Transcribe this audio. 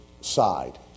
side